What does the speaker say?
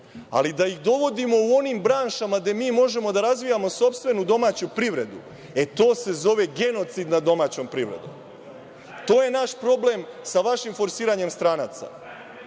Ali, da ih dovodimo u onim branšama gde mi možemo da razvijamo sopstvenu domaću privredu, to se zove genocid nad domaćom privredom. To je naš problem sa vašim forsiranjem stranaca.